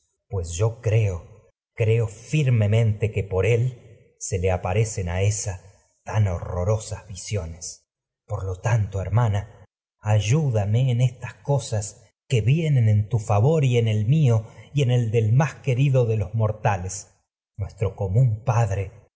pues se yo creo creo firme mente que por por lo él le aparecen a ésa tan horrorosas estas co visiones tanto hermana ayúdame y en sas que vienen en tu favor en el mió y en el del más que querido yace en de los mortales nuestro común padre